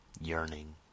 yearning